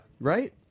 Right